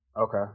Okay